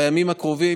בימים הקרובים,